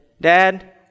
Dad